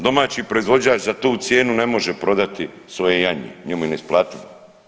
Domaći proizvođač za tu cijenu ne može prodati svoje janje, njemu je neisplativo.